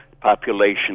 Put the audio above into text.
population